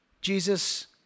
Jesus